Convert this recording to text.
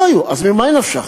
אז ממה נפשך,